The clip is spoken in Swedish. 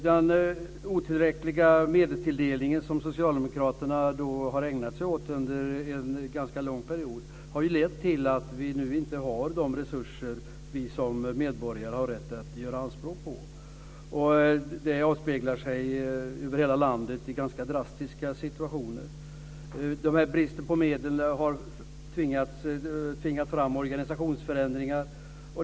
Den otillräckliga medelstilldelningen som socialdemokraterna har ägnat sig åt under en ganska lång period har lett till att vi nu inte har de resurser vi som medborgare har rätt att göra anspråk på. Det avspeglar sig över hela landet i ganska drastiska situationer. Bristen på medel har tvingat fram organisationsförändringar.